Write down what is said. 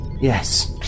yes